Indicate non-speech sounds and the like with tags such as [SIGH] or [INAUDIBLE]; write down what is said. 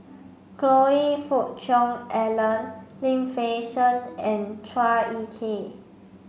[UNINTELLIGIBLE] Fook Cheong Alan Lim Fei Shen and Chua Ek Kay